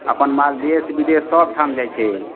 अपन माल देश बिदेश सबठाम जाइ छै